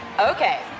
Okay